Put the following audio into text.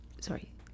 sorry